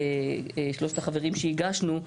שלושת החברים שהגשנו,